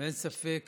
ואין ספק